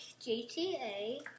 GTA